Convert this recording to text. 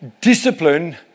discipline